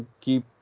keep